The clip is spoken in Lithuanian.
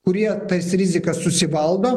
kurie tas rizikas susivaldo